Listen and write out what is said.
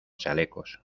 chalecos